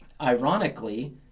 ironically